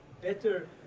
better